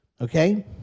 okay